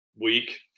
week